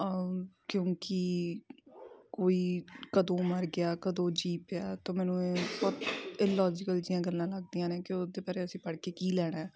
ਕਿਉਂਕਿ ਕੋਈ ਕਦੋਂ ਮਰ ਗਿਆ ਕਦੋਂ ਜੀ ਪਿਆ ਤਾਂ ਮੈਨੂੰ ਇਹ ਬਹੁਤ ਇਲੋਜੀਕਲ ਜਿਹੀਆਂ ਗੱਲਾਂ ਲੱਗਦੀਆਂ ਨੇ ਕਿ ਉਹਦੇ ਬਾਰੇ ਅਸੀਂ ਪੜ੍ਹ ਕੇ ਕੀ ਲੈਣਾ